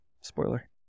Spoiler